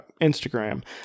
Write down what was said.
Instagram